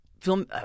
film